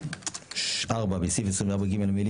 3. בסעיף 24(ג)